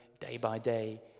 day-by-day